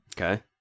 Okay